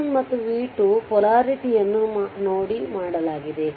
v1ಮತ್ತು v2 ಪೊಲಾರಿಟಿಯನ್ನು ನೋಡಿಮಾಡಲಾಗಿದೆ